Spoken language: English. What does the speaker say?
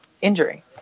injury